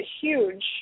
huge